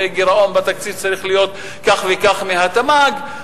וגירעון בתקציב צריך להיות כך וכך מהתמ"ג.